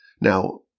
Now